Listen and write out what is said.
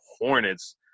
Hornets